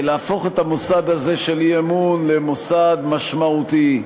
להפוך את המוסד הזה של אי-אמון למוסד משמעותי,